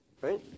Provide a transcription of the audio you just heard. right